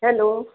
hello